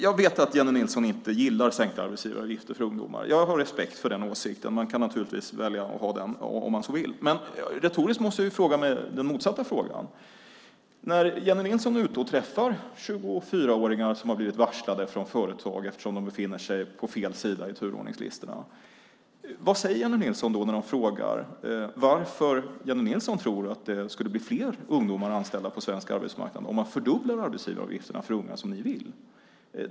Jag vet att Jennie Nilsson inte gillar sänkta arbetsgivaravgifter för ungdomar. Jag har respekt för den åsikten. Man kan naturligtvis välja att ha den om man så vill. Retoriskt måste jag ställa den motsatta frågan: När Jennie Nilsson träffar 24-åringar som har blivit varslade av företag eftersom de befinner sig på fel sida i turordningslistorna, vad säger Jennie Nilsson när de frågar om varför Jennie Nilsson tror att fler ungdomar skulle anställas på svensk arbetsmarknad om arbetsgivaravgifterna för unga fördubblas - som ni vill?